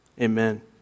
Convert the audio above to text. Amen